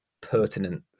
pertinent